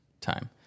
time